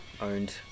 owned